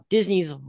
Disney's